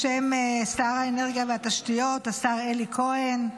בשם שר האנרגיה והתשתיות השר אלי כהן,